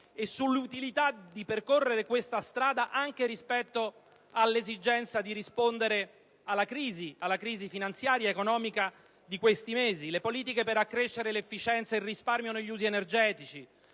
e sull'utilità di percorrere questa strada anche rispetto all'esigenza di rispondere alla crisi finanziaria ed economica di questi mesi. Le politiche per accrescere l'efficienza e il risparmio negli usi energetici